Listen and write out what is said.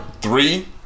three